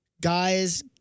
guys